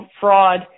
fraud